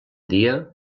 dia